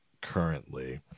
currently